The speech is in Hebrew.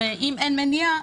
ואם כך,